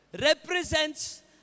represents